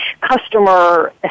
customer